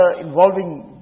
involving